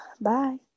Bye